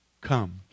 Come